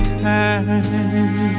time